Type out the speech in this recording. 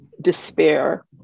despair